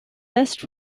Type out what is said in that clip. best